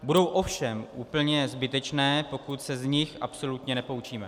Budou ovšem úplně zbytečné, pokud se z nich absolutně nepoučíme.